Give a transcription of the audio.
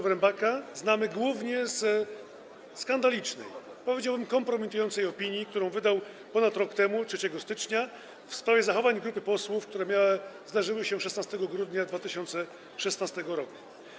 Wyrembaka znamy głównie ze skandalicznej, powiedziałbym, kompromitującej opinii, którą wydał ponad rok temu, 3 stycznia, w sprawie zachowań grupy posłów, które zdarzyły się 16 grudnia 2016 r.